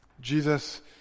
Jesus